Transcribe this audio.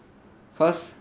cause